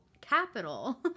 capital